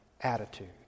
attitude